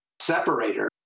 separator